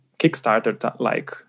Kickstarter-like